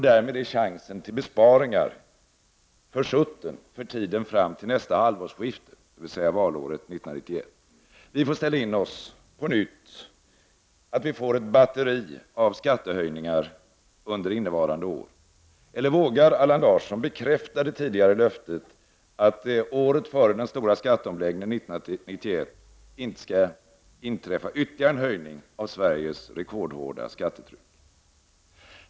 Därmed är chansen till besparingar försutten för tiden fram till nästa halvårsskifte, dvs. valåret 1991. Vi får på nytt ställa in oss på att vi får ett batteri av skattehöjningar under innevarande år. Eller vågar Allan Larsson bekräfta det tidigare löftet att det året före den stora skatteomläggningen 1991 inte skall inträffa ytterligare en höjning av Sveriges rekordhårda skattetryck?